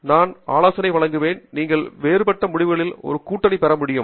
நான் ஆலோசனை வழங்குவேன் நீங்கள் வேறுபட்ட முடிவுகளின் ஒரு கூட்டணி பெற முடியும்